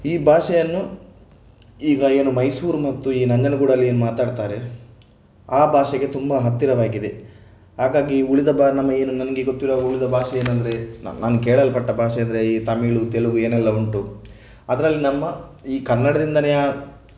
ಈ ಭಾಷೆಯನ್ನು ಈಗ ಏನು ಮೈಸೂರು ಮತ್ತು ಈ ನಂಜನಗೂಡಲ್ಲಿ ಏನು ಮಾತಾಡ್ತಾರೆ ಆ ಭಾಷೆಗೆ ತುಂಬ ಹತ್ತಿರವಾಗಿದೆ ಹಾಗಾಗಿ ಉಳಿದ ಬಾ ನಮಗೆ ಏನು ನಮಗೆ ಗೊತ್ತಿರುವ ಉಳಿದ ಭಾಷೆ ಏನೆಂದರೆ ನಾನು ಕೇಳಲ್ಪಟ್ಟ ಭಾಷೆಯೆಂದರೆ ಈ ತಮಿಳು ತೆಲುಗು ಏನೆಲ್ಲ ಉಂಟು ಅದರಲ್ಲಿ ನಮ್ಮ ಈ ಕನ್ನಡದಿಂದಲೇ